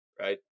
right